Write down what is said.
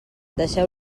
deixeu